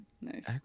Nice